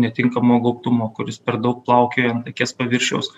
netinkamo gaubtumo kuris per daug plaukioja ant akies paviršiaus